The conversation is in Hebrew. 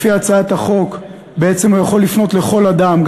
לפי הצעת החוק הוא יכול לפנות לכל אדם,